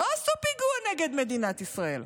לא עשו פיגוע נגד מדינת ישראל,